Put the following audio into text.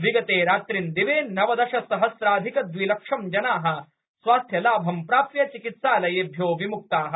विगते रात्रिंदिवे नवदश सहस्राधिक द्विलक्षं जना स्वस्थ्यलाभं प्राप्य चिकित्सालयेभ्यो विमुक्ता